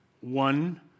one